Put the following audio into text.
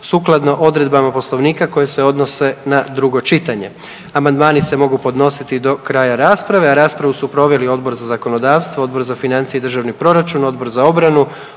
sukladno odredbama Poslovnika koje se odnose na drugo čitanje. Amandmani se mogu podnositi do kraja rasprave, a raspravu su proveli Odbor za zakonodavstvo, Odbor za financije i državni proračun, Odbor za obranu,